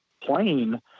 plane